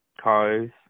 cars